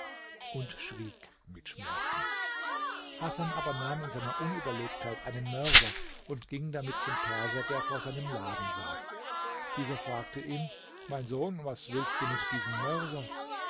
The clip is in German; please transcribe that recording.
und schwieg mit schmerzen hasan aber nahm in seiner unüberlegtheit einen mörser und ging damit zum perser der vor seinem laden saß dieser fragte ihn mein sohn was willst du mit diesem mörser